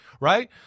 Right